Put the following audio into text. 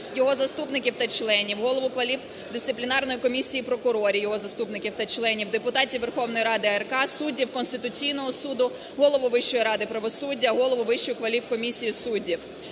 його заступників та членів, голову Кваліфдисциплінарної комісії прокурорів, його заступників та членів, депутатів Верховної Ради АРК, суддів Конституційного Суду, голову Вищої ради правосуддя, голову Вищої кваліфкомісії суддів.